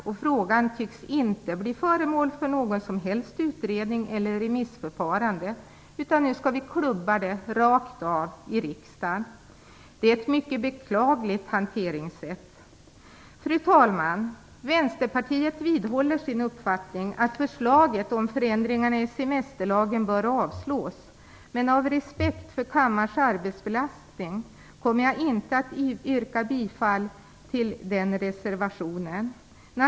Frågan tycks inte bli föremål för någon som helst utredning eller remissförfarande utan skall klubbas rakt av i riksdagen. Det är ett mycket beklagligt hanteringssätt. Fru talman! Vänsterpartiet vidhåller sin uppfattning att förslaget om förändringarna i semesterlagen bör avslås, men av hänsyn till kammarens arbetsbelastning kommer jag inte att yrka bifall till reservationen i fråga.